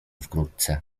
wkrótce